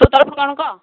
ତୋ ତରଫରୁ କ'ଣ କହ